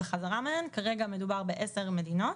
כרגע מדובר ב-10 מדינות,